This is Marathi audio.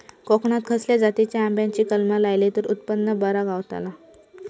कोकणात खसल्या जातीच्या आंब्याची कलमा लायली तर उत्पन बरा गावताला?